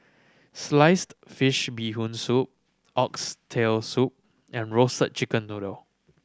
sliced fish Bee Hoon Soup Oxtail Soup and Roasted Chicken Noodle